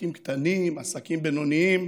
עסקים קטנים, עסקים בינוניים,